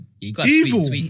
evil